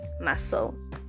muscle